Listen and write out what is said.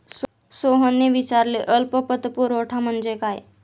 सोहनने विचारले अल्प पतपुरवठा म्हणजे काय?